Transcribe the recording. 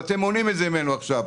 ואתם מונעים את זה ממנו עכשיו.